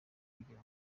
kugira